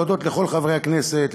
להודות לכל חברי הכנסת,